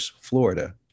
Florida